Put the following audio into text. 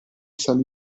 salì